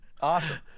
Awesome